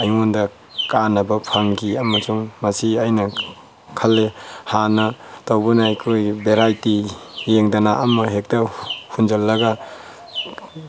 ꯑꯩꯉꯣꯟꯗ ꯀꯥꯟꯅꯕ ꯐꯪꯈꯤ ꯑꯃꯁꯨꯡ ꯃꯁꯤ ꯑꯩꯅ ꯈꯟꯂꯦ ꯍꯥꯟꯅ ꯇꯧꯕꯅ ꯑꯩꯈꯣꯏꯒꯤ ꯚꯦꯔꯥꯏꯇꯤ ꯌꯦꯡꯗꯅ ꯑꯃꯍꯦꯛꯇ ꯍꯨꯟꯖꯤꯟꯂꯒ